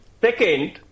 Second